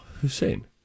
Hussein